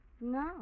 No